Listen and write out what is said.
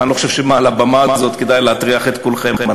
אבל אני לא חושב שמעל הבמה הזאת כדאי להטריח את כולכם.